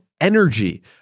energy